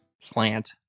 plant